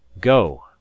Go